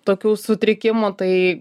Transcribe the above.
tokių sutrikimų tai